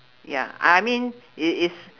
ya I mean it is